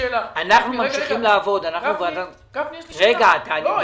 אנחנו ממשיכים לעבוד בוועדת הכספים.